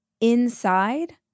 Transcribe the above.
inside